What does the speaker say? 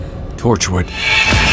Torchwood